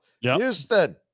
Houston